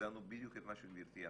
הגדרנו בדיוק את מה שגבירתי אמרה.